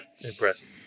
Impressive